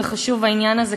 וחשוב העניין הזה,